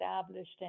established